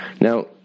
Now